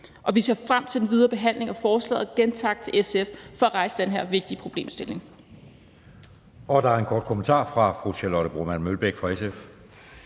Vi ser frem til den videre behandling af forslaget. Og igen tak til SF for at rejse den her vigtige problemstilling.